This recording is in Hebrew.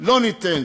לא ניתן.